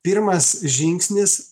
pirmas žingsnis